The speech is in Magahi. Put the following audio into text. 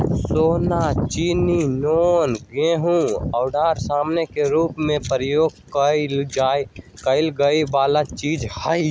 सोना, चानी, नुन, चाह आउरो समान के रूप में प्रयोग करए जाए वला चीज हइ